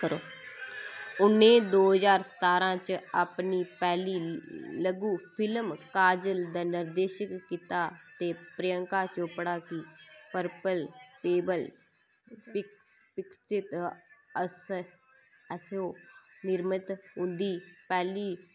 उ'नें दो ज्हार सतारां च अपनी पैह्ली लघु फिल्म काजल दा निर्देशन कीता ते प्रिंयका चोपड़ा दी पर्पल पैबल पिक्चर्स आसेआ निर्मत उं'दी